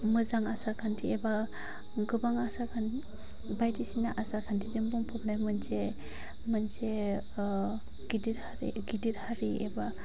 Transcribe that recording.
मोजां आसारखान्थि एबा गोबां आसारखान्थि बायदिसिना आसारखान्थिजों बुंफबनाय मोनसे मोनसे गिदिर हारि एबा